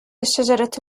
الشجرة